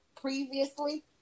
previously